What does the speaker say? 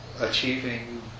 achieving